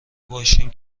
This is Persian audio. باشیم